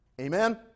Amen